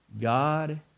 God